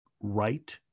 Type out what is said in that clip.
right